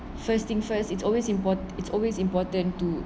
first thing first it's always important it's always important to